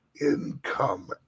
income